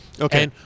Okay